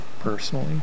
personally